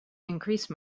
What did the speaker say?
increase